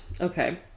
Okay